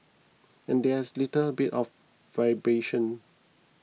and there's a little bit of vibration